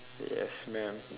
yes mam